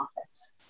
office